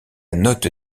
note